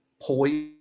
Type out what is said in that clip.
poise